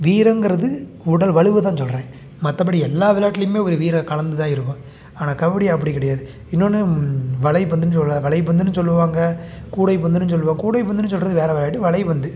வீரம்கறது உடல் வலுவைதான் சொல்கிறேன் மற்றபடி எல்லா விளையாட்டிலையுமே ஒரு வீரம் கலந்துதான் இருக்கும் ஆனால் கபடி அப்படி கிடையாது இன்னொன்று வலைப்பந்துன்னு சொல்கிறேன் வலைப்பந்துன்னு சொல்லுவாங்க கூடைப்பந்துன்னு சொல்லுவார் கூடைப்பந்துன்னு சொல்வது வேறு விளையாட்டு வலைப்பந்து